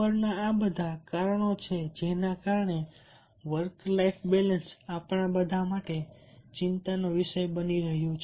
ઉપરના આ બધા કારણો છે જેના કારણે વર્ક લાઈફ બેલેન્સ આપણા બધા માટે ચિંતાનો વિષય બની રહ્યું છે